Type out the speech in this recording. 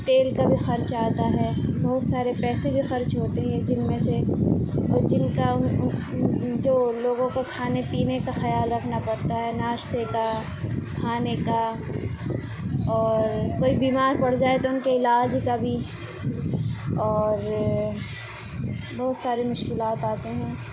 تیل کا بھی خرچ آتا ہے بہت سارے پیسے بھی خرچ ہوتے ہیں جن میں سے اور جن کا جو لوگوں کو کھانے پینے کا خیال رکھنا پڑتا ہے ناشتے کا کھانے کا اور کوئی بیمار پڑ جائے تو ان کے علاج کا بھی اور بہت سارے مشکلات آتے ہیں